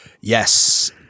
Yes